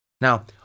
now